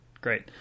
great